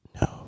No